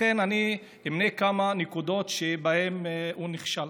לכן אני אמנה כמה נקודות שבהן הוא נכשל